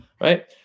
right